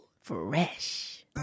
Fresh